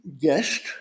guest